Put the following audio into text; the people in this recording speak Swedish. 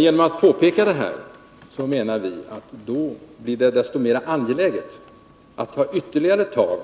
Genom att påpeka detta menar vi att det blir desto mer angeläget att ta ytterligare tag